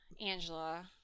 Angela